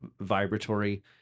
vibratory